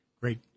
great